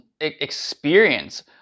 experience